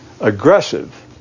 aggressive